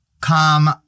come